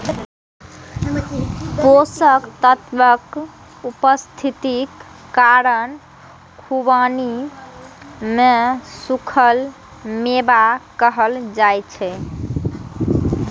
पोषक तत्वक उपस्थितिक कारण खुबानी कें सूखल मेवा कहल जाइ छै